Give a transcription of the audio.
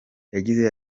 yagize